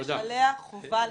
יש עליה חובה לממן.